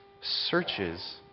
searches